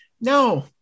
no